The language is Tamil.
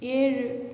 ஏழு